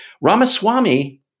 Ramaswamy